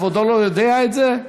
כבודו לא יודע את זה?